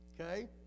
okay